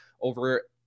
over